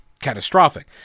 catastrophic